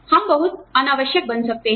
हम बहुत अनावश्यक बन सकते हैं